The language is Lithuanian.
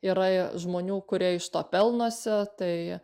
yra žmonių kurie iš to pelnosi tai